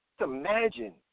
imagine